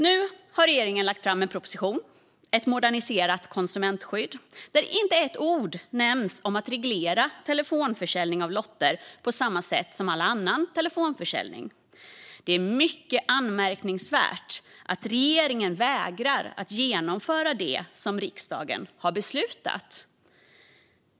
Nu har regeringen lagt fram en proposition, Ett moderniserat konsumentskydd , där inte ett ord nämns om att reglera telefonförsäljning av lotter på samma sätt som all annan telefonförsäljning. Det är mycket anmärkningsvärt att regeringen vägrar att genomföra det som riksdagen har beslutat.